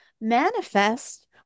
manifest